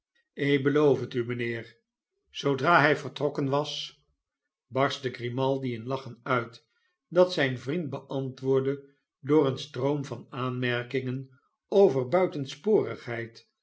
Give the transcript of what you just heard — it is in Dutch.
ik beloof het u mijnheer zoodra hij vertrokken was barstte grimaldi in lachen uit dat zijn vriend beantwoordde door een stroom van aanmerkingen over buitensporigheid